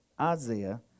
Isaiah